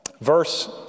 verse